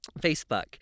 Facebook